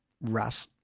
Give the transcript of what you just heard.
rat